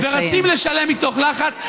ורצים לשלם מתוך לחץ,